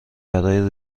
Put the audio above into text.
برای